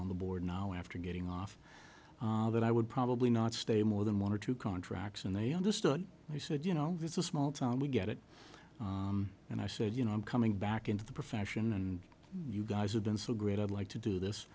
on the board now after getting off that i would probably not stay more than one or two contracts and they understood and he said you know it's a small town we get it and i said you know i'm coming back into the profession and you guys have been so great i'd like to do this